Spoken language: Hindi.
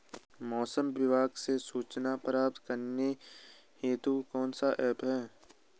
मौसम विभाग से सूचना प्राप्त करने हेतु कौन सा ऐप है?